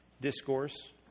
discourse